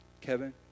Kevin